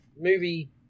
movie